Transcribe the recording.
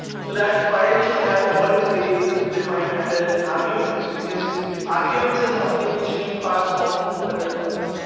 so that file should have all it's variables defined under arguments because arguments are something which you can pass on to other files.